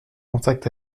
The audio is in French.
contact